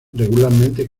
regularmente